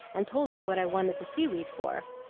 and told her what i wanted the sea-weed for.